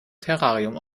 terrarium